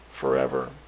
forever